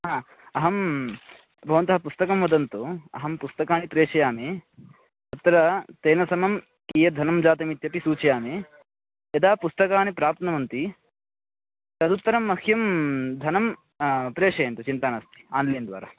आ अहं भवन्तः पुस्तकं वदन्तु अहं पुस्तकानि प्रेषयामि अत्र तेन समं कियद्धनं जातम् इत्यपि सूचयामि यदा पुस्तकानि प्राप्नुवन्ति तदुत्तरं मह्यं धनं प्रेषयन्तु चिन्ता नास्ति ओन्लैन् द्वारा